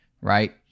right